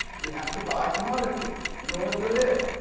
we have to buy commodities in order to live.